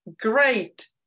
great